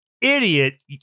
idiot